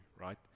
right